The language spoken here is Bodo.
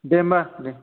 दे होमब्ला दे